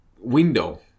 window